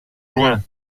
loin